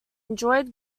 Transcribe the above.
enjoyed